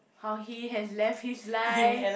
how he has left his life